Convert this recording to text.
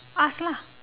ask lah